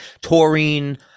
taurine